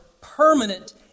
permanent